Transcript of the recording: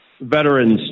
veterans